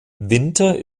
winter